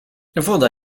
woda